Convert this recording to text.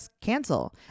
Cancel